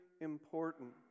important